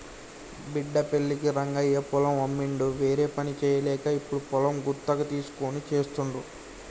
బిడ్డ పెళ్ళికి రంగయ్య పొలం అమ్మిండు వేరేపని చేయలేక ఇప్పుడు పొలం గుత్తకు తీస్కొని చేస్తుండు